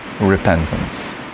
repentance